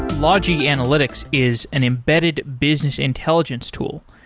logi analytics is an embedded business intelligence tool.